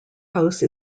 house